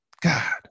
God